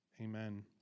Amen